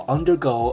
Undergo